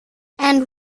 and